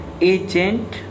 agent